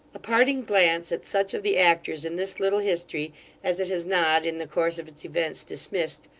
a parting glance at such of the actors in this little history as it has not, in the course of its events, dismissed,